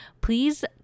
please